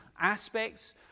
aspects